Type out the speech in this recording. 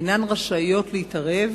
אינם רשאים להתערב